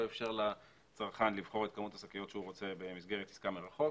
איפשר לצרכן לבחור את כמות השקיות שהוא רוצה במסגרת עסקה מרחוק.